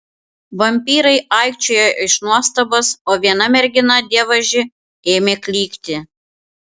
vampyrai aikčiojo iš nuostabos o viena mergina dievaži ėmė klykti